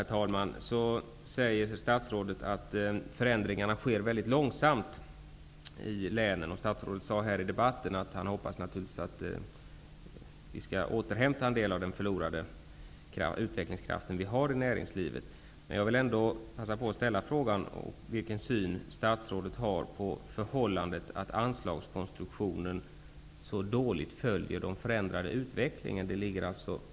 I svaret säger statsrådet att förändringarna i länen sker mycket långsamt. Statsrådet sade här i debatten att han hoppas att vi skall återhämta en del av den förlorade utvecklingskraften i näringslivet. Jag vill passa på att fråga statsrådet: Vilken syn har statsrådet på att anslagskonstruktionen så dåligt följer den förändrade utvecklingen?